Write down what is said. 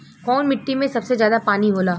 कौन मिट्टी मे सबसे ज्यादा पानी होला?